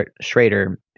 schrader